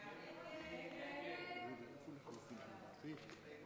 ההסתייגות (2)